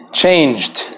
changed